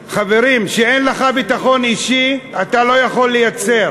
חברים, כשאין לך ביטחון אישי, אתה לא יכול לייצר.